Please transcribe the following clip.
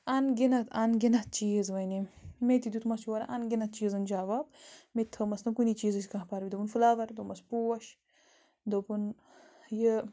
اَن گِنت اَن گِنت چیٖز ؤنۍ أمۍ مےٚ تہِ دیُتمَس یورٕ اَن گِنت چیٖزَن جواب مےٚ تہِ تھٲومَس نہٕ کُنی چیٖزٕچ کانٛہہ دوٚپُن فٕلاوَر دوٚپمَس پوش دوٚپُن یہِ